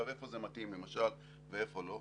איפה זה מתאים ואיפה לא?